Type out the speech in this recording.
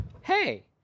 Hey